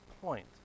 point